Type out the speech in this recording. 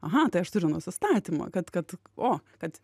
aha tai aš turiu nusistatymą kad kad o kad